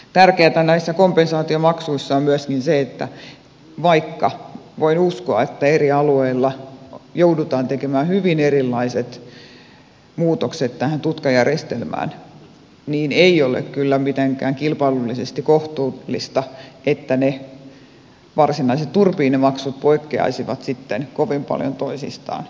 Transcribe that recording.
tärkeätä näissä kompensaatiomaksuissa on myöskin se että vaikka voin uskoa että eri alueilla joudutaan tekemään hyvin erilaiset muutokset tähän tutkajärjestelmään niin ei ole kyllä mitenkään kilpailullisesti kohtuullista että ne varsinaiset turbiinimaksut poikkeaisivat sitten kovin paljon toisistaan